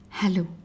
Hello